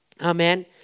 Amen